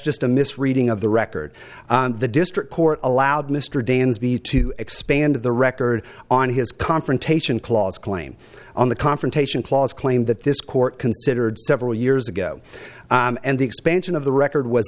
just a misreading of the record the district court allowed mr dansby to expand the record on his confrontation clause claim on the confrontation clause claim that this court considered several years ago and the expansion of the record was